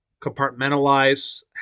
compartmentalize